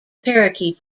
cherokee